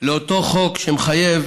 לאותו חוק שמחייב